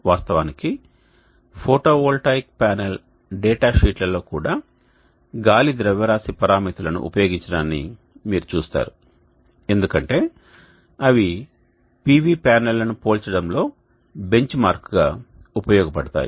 వాస్తవానికి PV photovoltaic panel డేటాషీట్లలో కూడా గాలి ద్రవ్యరాశి పరామితులను ఉపయోగించడాన్ని మీరు చూస్తారు ఎందుకంటే అవి PV ప్యానెల్లను పోల్చడంలో బెంచ్మార్క్గా ఉపయోగపడతాయి